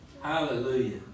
Hallelujah